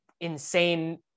insane